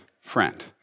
friend